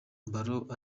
barrow